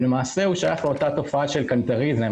למעשה, הוא שייך לאותה תופעה של כלנתריזם,